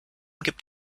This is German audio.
gibt